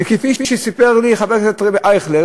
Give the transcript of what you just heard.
וכפי שסיפר לי חבר הכנסת אייכלר,